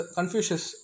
Confucius